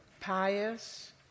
pious